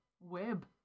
web